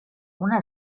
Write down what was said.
una